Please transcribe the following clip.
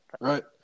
right